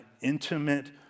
intimate